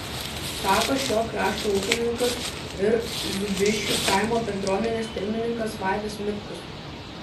sako šio krašto ūkininkas ir zūbiškių kaimo bendruomenės pirmininkas vaidas mitkus